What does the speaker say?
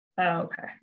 Okay